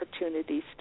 opportunities